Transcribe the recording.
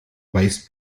weißt